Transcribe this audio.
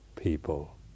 people